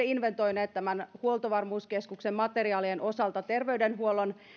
inventoineet huoltovarmuuskeskuksen materiaalien osalta terveydenhuollon